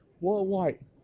worldwide